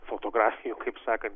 fotografijų kaip sakant